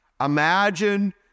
Imagine